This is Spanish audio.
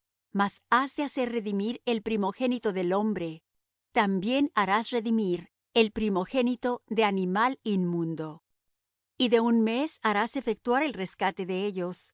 has de hacer redimir el primogénito del hombre también harás redimir el primogénito de animal inmundo y de un mes harás efectuar el rescate de ellos